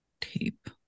tape